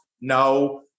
No